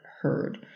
heard